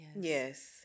Yes